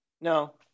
no